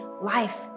life